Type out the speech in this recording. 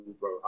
bro